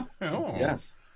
Yes